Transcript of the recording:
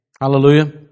Hallelujah